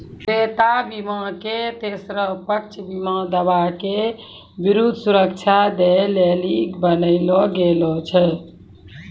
देयता बीमा के तेसरो पक्ष बीमा दावा के विरुद्ध सुरक्षा दै लेली बनैलो गेलौ छै